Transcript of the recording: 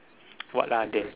what are they